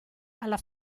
alla